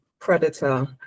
predator